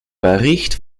bericht